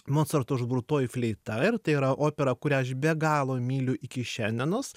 mocarto užburtoji fleita ir tai yra opera kurią aš be galo myliu iki šiandienos